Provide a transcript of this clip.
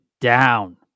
down